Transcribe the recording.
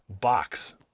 box